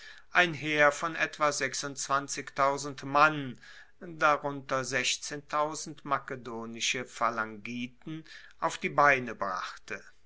ein heer von etwa mann darunter makedonische phalangiten auf die beine brachte